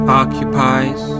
occupies